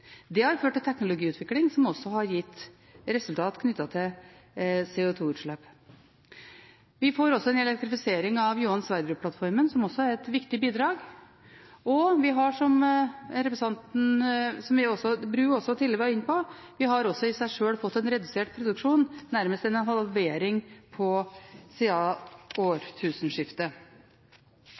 Det har ført til en teknologiutvikling som også har gitt resultat knyttet til CO2-utslipp. Vi får også en elektrifisering av Johan Sverdrup-plattformen, som også er et viktig bidrag, og ‒ som representanten Bru tidligere var inne på ‒ vi har i seg sjøl fått en redusert produksjon, nærmest en halvering siden årtusenskiftet.